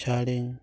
ᱪᱷᱟᱹᱲᱤᱧ